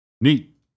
Neat